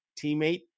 teammate